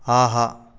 ஆஹா